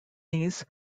these